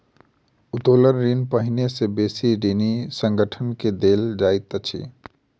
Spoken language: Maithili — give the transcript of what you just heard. उत्तोलन ऋण पहिने से बेसी ऋणी संगठन के देल जाइत अछि